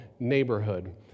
neighborhood